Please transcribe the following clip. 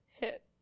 hit